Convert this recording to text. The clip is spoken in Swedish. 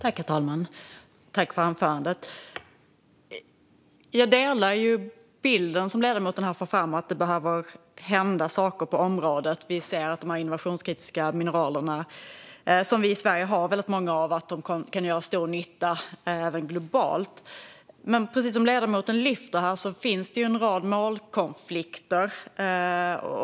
Herr talman! Tack, ledamoten, för anförandet! Jag delar bilden som ledamoten för fram - att det behöver hända saker på området. Vi ser att de innovationskritiska mineral som vi i Sverige har väldigt många av kan göra stor nytta även globalt. Men som ledamoten lyfter finns det en rad målkonflikter.